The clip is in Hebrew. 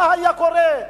מה היה קורה?